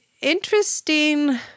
interesting